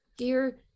Dear